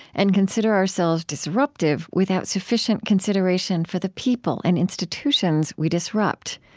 and consider ourselves disruptive without sufficient consideration for the people and institutions we disrupt.